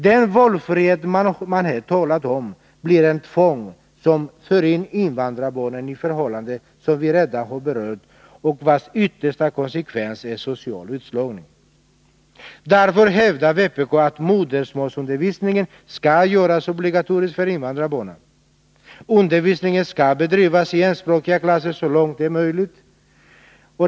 Den valfrihet det här talas om blir till ett tvång, som för in invandrarbarnen i förhållanden som vi redan har berört och vars yttersta konsekvens är social utslagning. Därför hävdar vpk att modersmålsundervisningen skall göras obligatorisk för invandrareleverna. Undervisningen skall bedrivas i enspråkiga klasser så långt detta är möjligt.